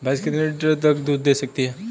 भैंस कितने लीटर तक दूध दे सकती है?